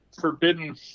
Forbidden